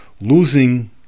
losing